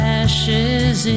ashes